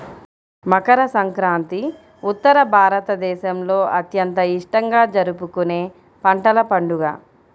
మకర సంక్రాంతి ఉత్తర భారతదేశంలో అత్యంత ఇష్టంగా జరుపుకునే పంటల పండుగ